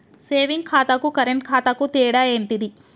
Saving ఖాతాకు current ఖాతాకు తేడా ఏంటిది?